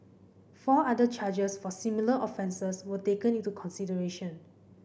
four other charges for similar offences were taken into consideration